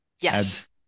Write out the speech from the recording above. Yes